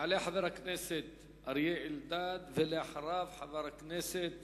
יעלה חבר הכנסת אריה אלדד, ואחריו, חבר הכנסת